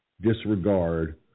disregard